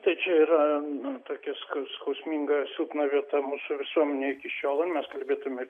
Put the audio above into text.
tai čia yra tokia skau skausminga silpna vieta mūsų visuomenėj iki šiol ar mes kalbėtume